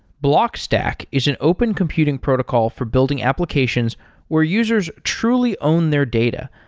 blockstack is an open computing protocol for building applications where users truly own their data.